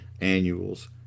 annuals